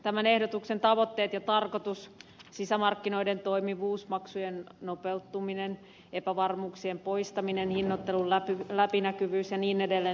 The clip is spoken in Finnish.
tämän ehdotuksen tavoitteet ja tarkoitus sisämarkkinoiden toimivuus maksujen nopeutuminen epävarmuuksien poistaminen hinnoittelun läpinäkyvyys ja niin edelleen